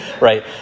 right